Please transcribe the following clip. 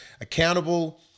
accountable